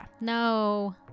No